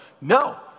No